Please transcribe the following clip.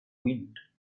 wind